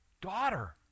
Daughter